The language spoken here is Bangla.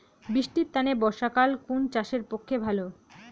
বৃষ্টির তানে বর্ষাকাল কুন চাষের পক্ষে ভালো?